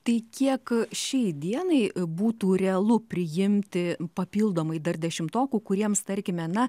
tai kiek šiai dienai būtų realu priimti papildomai dar dešimtokų kuriems tarkime na